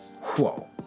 Whoa